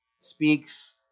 speaks